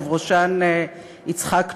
ובראשן יצחק תשובה,